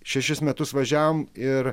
šešis metus važiavom ir